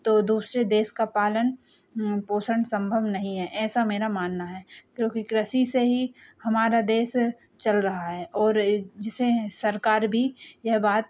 तो दूसरे देश का पालन पोषण संभव नहीं है ऐसा मेरा मानना है क्योंकि कृषि से ही हमारा देश चल रहा है और जिसे सरकार भी यह बात